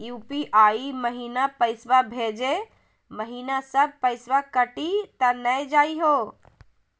UPI महिना पैसवा भेजै महिना सब पैसवा कटी त नै जाही हो?